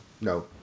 no